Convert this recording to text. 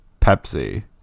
pepsi